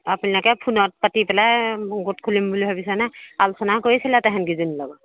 আপোনালোকে ফোনত পাতি পেলাই মুগোট খুলিম বুলি ভাবিছেনে আলোচনা কৰিছিলে তেহেতকেইজনী লগত